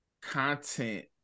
content